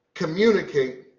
Communicate